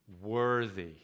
worthy